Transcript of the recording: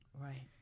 Right